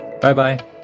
Bye-bye